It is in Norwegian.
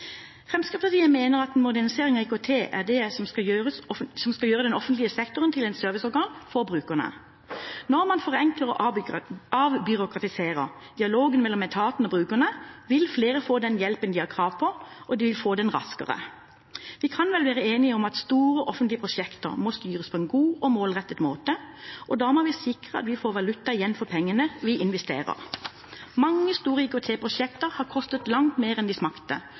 Fremskrittspartiet mener at modernisering av IKT er det som skal gjøre den offentlige sektoren til et serviceorgan for brukerne. Når man forenkler og avbyråkratiserer dialogen mellom etaten og brukerne, vil flere få den hjelpen de har krav på, og de vil få den raskere. Vi kan vel være enige om at store offentlige prosjekter må styres på en god og målrettet måte, og da må vi sikre at vi får valuta igjen for pengene vi investerer. Mange store IKT-prosjekter har kostet langt mer enn de smakte,